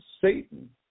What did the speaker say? Satan